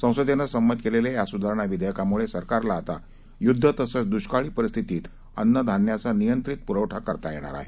संसदेनं संमत केलेल्या या सुधारणा विधेयकामुळे सरकारला आता युद्ध तसंच दुष्काळी परिस्थितीत अन्न धान्याचा नियंत्रित पुरवठा करता येणार आहे